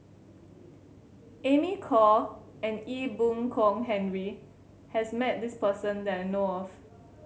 Amy Khor and Ee Boon Kong Henry has met this person that I know of